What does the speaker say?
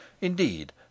Indeed